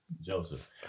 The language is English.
Joseph